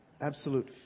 Absolute